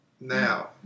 Now